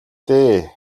дээ